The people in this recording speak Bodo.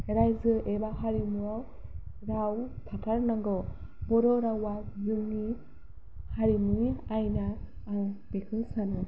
रायजो एबा हारिमुआव राव थाथारनांगौ बर' रावआ जोंनि हारिमुनि आइना आं बेखौ सानो